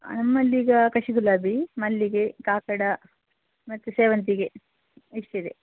ನಮ್ಮಲ್ಲಿ ಈಗ ಕಸಿ ಗುಲಾಬಿ ಮಲ್ಲಿಗೆ ಕಾಕಡ ಮತ್ತು ಸೇವಂತಿಗೆ ಇಷ್ಟಿದೆ